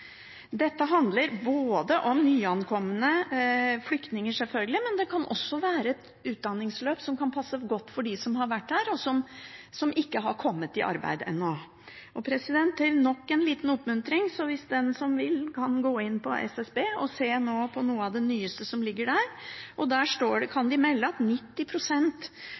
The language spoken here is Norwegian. Dette handler selvfølgelig om nyankomne flyktninger, men det kan også være et utdanningsløp som kan passe godt for dem som har vært her, og som ikke har kommet i arbeid ennå. Til nok en liten oppmuntring: Den som vil, kan gå inn på SSB og se på noe av det nyeste som ligger der. De kan melde at i 2014 var 90 pst. av de